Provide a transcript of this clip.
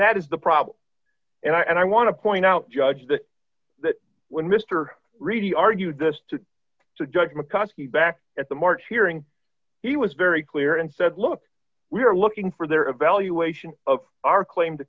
that is the problem and i want to point out judge that that when mr reedy argued this to to judge mccuskey back at the march hearing he was very clear and said look we are looking for their evaluation of our claim to